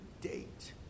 date